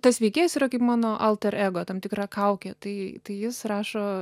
tas veikėjas yra kaip mano alterego tam tikra kaukė tai tai jis rašo